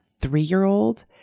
three-year-old